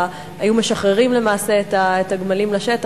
היו משחררים למעשה את הגמלים לשטח.